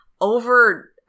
over